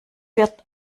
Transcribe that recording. wirt